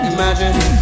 Imagine